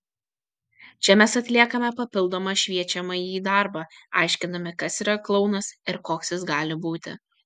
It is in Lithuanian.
čia mes atliekame papildomą šviečiamąjį darbą aiškindami kas yra klounas ir koks jis gali būti